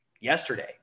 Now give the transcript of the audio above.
Yesterday